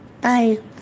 Bye